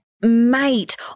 mate